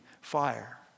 fire